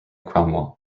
cromwell